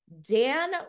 Dan